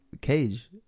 Cage